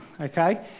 okay